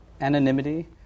anonymity